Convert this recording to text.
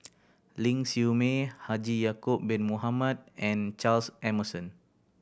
Ling Siew May Haji Ya'acob Bin Mohamed and Charles Emmerson